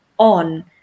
on